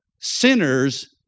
sinners